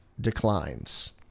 declines